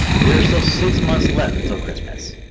there are still six months left until christmas.